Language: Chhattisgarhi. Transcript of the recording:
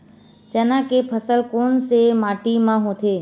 चना के फसल कोन से माटी मा होथे?